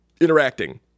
interacting